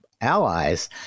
allies